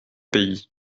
pays